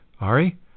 Ari